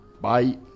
bye